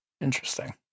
interesting